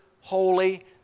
holy